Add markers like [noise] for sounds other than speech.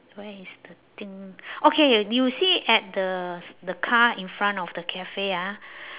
where is the thing [breath] okay you see at the the car in front of the cafe ah